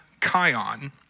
Kion